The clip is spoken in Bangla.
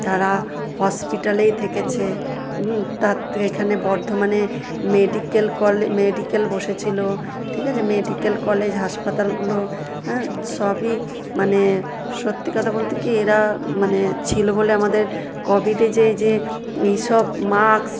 তারা হসপিটালেই থেকেছে তাদের এখানে বর্ধমানে মেডিকেল কলে মেডিকেল বসেছিলো ঠিক আছে মেডিকেল কলেজ হাসপাতালগুলো হ্যাঁ সবই মানে সত্যি কথা বলতে কি এরা মানে ছিল বলে আমাদের কোভিডে যেই যেই এইসব মাক্স